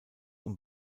und